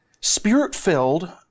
spirit-filled